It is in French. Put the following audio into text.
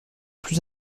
plus